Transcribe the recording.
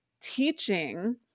teaching